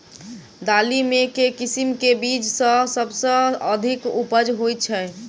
दालि मे केँ किसिम केँ बीज केँ सबसँ अधिक उपज होए छै?